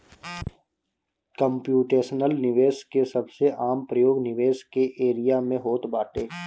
computational निवेश के सबसे आम प्रयोग निवेश के एरिया में होत बाटे